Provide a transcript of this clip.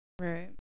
right